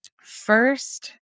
First